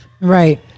right